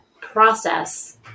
process